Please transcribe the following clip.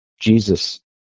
Jesus